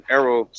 Arrow